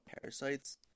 parasites